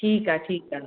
ठीकु आहे ठीकु आहे